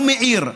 לא מעיר,